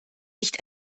nicht